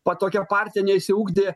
kad tokia partija neišsiugdė